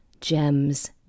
gems